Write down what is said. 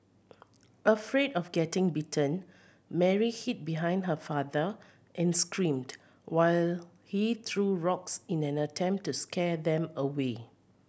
afraid of getting bitten Mary hid behind her father and screamed while he threw rocks in an attempt to scare them away